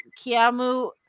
Kiamu